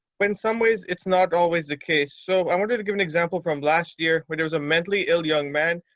but in some ways it's not always the case. so i wanted to give an example from last year where there was a mentally ill young man,